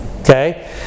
Okay